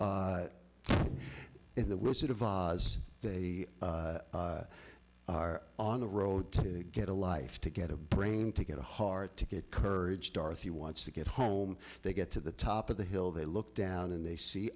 in the wizard of oz they are on the road to get a life to get a brain to get a hard to get courage dorothy wants to get home they get to the top of the hill they look down and they see